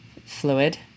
fluid